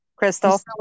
Crystal